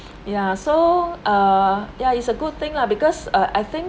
ya so uh ya it's a good thing lah because uh I think